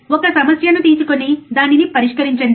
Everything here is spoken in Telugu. ఒక సమస్యను తీసుకొని దాన్ని పరిష్కరించండి